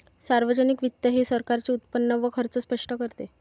सार्वजनिक वित्त हे सरकारचे उत्पन्न व खर्च स्पष्ट करते